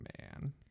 man